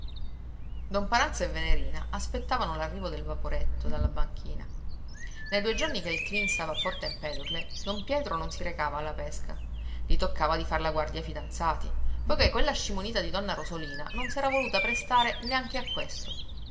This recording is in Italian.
don paranza e venerina aspettavano l'arrivo del vaporetto dalla banchina nei due giorni che il cleen stava a porto empedocle don pietro non si recava alla pesca gli toccava di far la guardia ai fidanzati poiché quella scimunita di donna rosolina non s'era voluta prestare neanche a questo